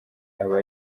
aba